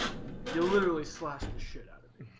you literally slashed the shit out of me